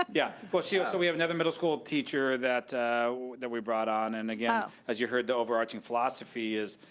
ah yeah, well, ah so we have another middle school teacher that that we brought on and, again, as you heard, the overarching philosophy is,